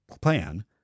plan